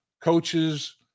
coaches